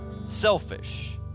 Selfish